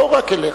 לא רק אליך.